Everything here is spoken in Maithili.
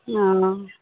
हँ